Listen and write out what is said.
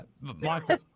Michael